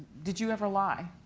did you ever lie?